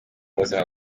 buzima